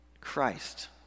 Christ